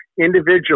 individually